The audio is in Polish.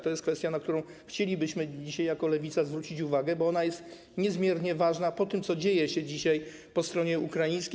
To jest kwestia, na którą chcielibyśmy dzisiaj jako Lewica zwrócić uwagę, bo ona jest niezmiernie ważna po tym, co dzieje się dzisiaj po stronie ukraińskiej.